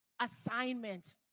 assignment